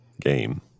game